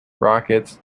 rockets